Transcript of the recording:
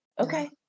okay